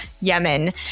Yemen